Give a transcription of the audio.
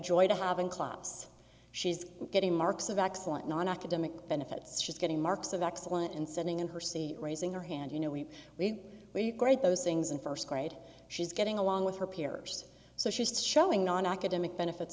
joy to have in class she's getting marks of excellent nonacademic benefits she's getting marks of excellence and sitting in her c raising her hand you know we we were you grade those things in first grade she's getting along with her peers so she's showing on academic benefits